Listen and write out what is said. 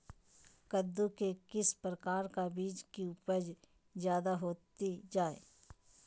कददु के किस प्रकार का बीज की उपज जायदा होती जय?